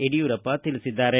ಯಡಿಯೂರಪ್ಪ ತಿಳಿಸಿದ್ದಾರೆ